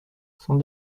sans